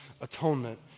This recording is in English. atonement